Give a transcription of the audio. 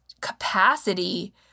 capacity